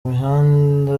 mihanda